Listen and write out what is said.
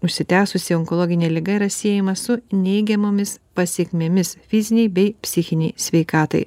užsitęsusi onkologinė liga yra siejama su neigiamomis pasekmėmis fizinei bei psichinei sveikatai